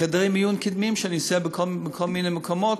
חדרי מיון קדמיים שאני עושה בכל מיני מקומות